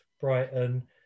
Brighton